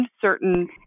certain